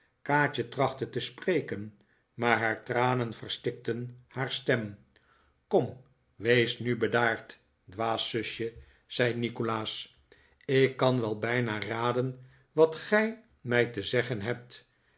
kaatje trachtte te spreken maar haar tranen verstikten haar stem kom wees nu bedaard dwaas zusje zei nikolaas ik kan wel bijna raden wat gij mij te zeggen hebt